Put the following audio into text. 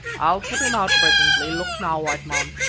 i'll put him out presently. look now, white man.